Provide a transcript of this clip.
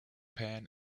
pan